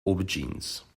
aubergines